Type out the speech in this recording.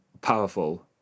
powerful